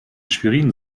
schwerin